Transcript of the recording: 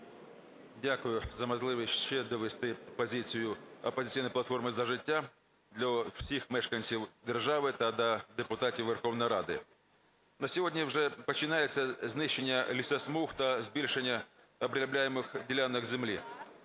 Дякую за можливість ще довести позицію "Опозиційної платформи - За життя" до всіх мешканців держави та до депутатів Верховної Ради. На сьогодні вже починається знищення лісосмуг та збільшення обробляємих ділянок землі.